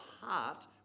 heart